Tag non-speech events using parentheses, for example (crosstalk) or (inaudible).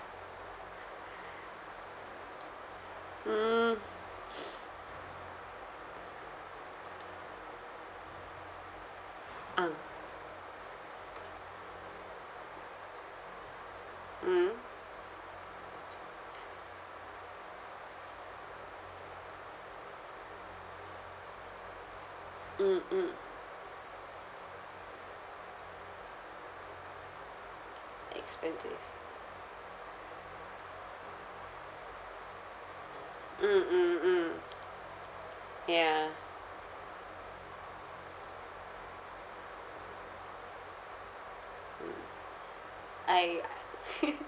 mm (noise) ah mm mm mm expensive mm mm mm ya mm I (noise) (laughs)